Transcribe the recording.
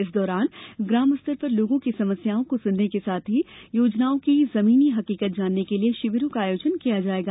इस दौरान ग्राम स्तर पर लोगों की समस्याओं को सुनने के साथ ही योजनाओं की जमीनी हकीकत जानने के लिये शिविरों का आयोजन किया जायेगा